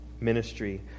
ministry